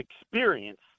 experience